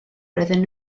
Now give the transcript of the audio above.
roedden